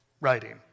writing